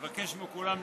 תבקש מכולם להישאר,